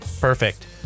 Perfect